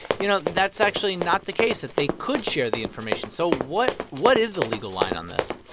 you know, that's actually not the case, that they could share the information. so what what is the legal line on this?